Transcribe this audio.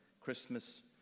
Christmas